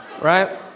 right